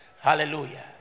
Hallelujah